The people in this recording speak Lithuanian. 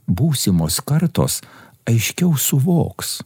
būsimos kartos aiškiau suvoks